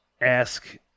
ask